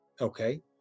Okay